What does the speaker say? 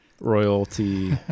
Royalty